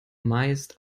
meist